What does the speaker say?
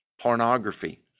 Pornography